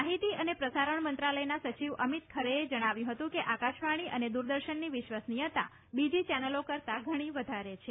માહીતી અને પ્રસારણ મંત્રાલયના સચિવે અમિત ખરેએ જણાવ્યું હતું કે આકાશવાણી અને દૂરદર્શનની વિશ્વસનીયતા બીજી ચેનલો કરતાં ઘણી વધારે છે